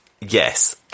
yes